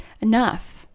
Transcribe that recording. enough